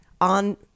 on